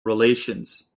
relations